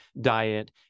diet